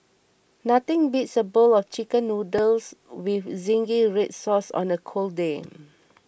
nothing beats a bowl of Chicken Noodles with Zingy Red Sauce on a cold day